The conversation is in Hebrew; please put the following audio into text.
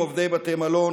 עובדי בתי מלון,